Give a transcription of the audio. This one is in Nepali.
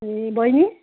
ए बहिनी